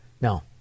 No